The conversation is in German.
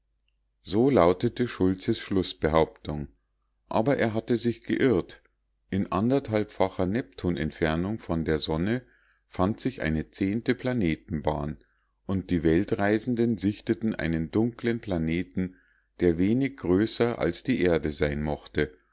so lautete schultzes schlußbehauptung aber er hatte sich geirrt in anderthalbfacher neptunentfernung von der sonne fand sich eine zehnte planetenbahn und die weltreisenden sichteten einen dunklen planeten der wenig größer als die erde sein mochte